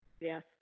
Yes